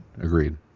agreed